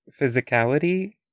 physicality